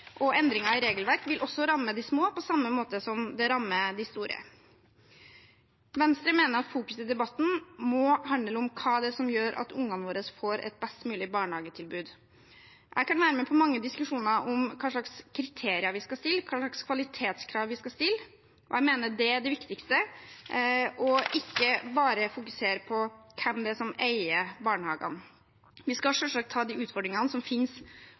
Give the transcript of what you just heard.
og endringene i regelverk vil også ramme de små på samme måte som det rammer de store. Venstre mener at fokuset i debatten må handle om hva som gjør at ungene våre får et best mulig barnehagetilbud. Jeg kan være med på mange diskusjoner om hva slags kriterier vi skal ha, og hva slags kvalitetskrav vi skal stille. Jeg mener at det er det viktigste – ikke bare å fokusere på hvem som eier barnehagene. Vi skal selvsagt ta de utfordringene som